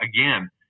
Again